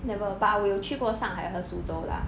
never but ah 我有去过上海和苏州 lah